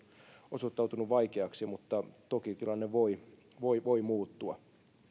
osoittautunut vaikeaksi mutta toki tilanne voi voi muuttua